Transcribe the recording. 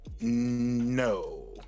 No